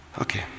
Okay